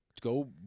go